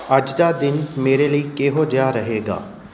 ਅੱਜ ਦਾ ਦਿਨ ਮੇਰੇ ਲਈ ਕਿਹੋ ਜਿਹਾ ਰਹੇਗਾ